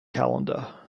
calendar